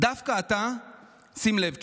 דווקא אתה שים לב,